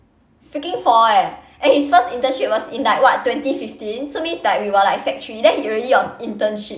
freaking four eh and his first internship was in like what twenty fifteen so means like we were like sec three then he already on internship